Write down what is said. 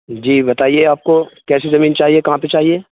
جی بتائیے آپ کو کیسی زمین چاہیے کہاں پہ چاہیے